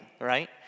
right